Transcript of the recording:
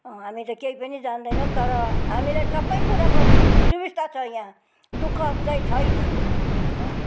हामी त केही पनि जान्दैनौँ तर हामीलाई सबै कुराको सुविस्ता छ यहाँ दुःख चाहिँ छैन